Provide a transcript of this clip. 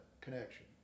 connection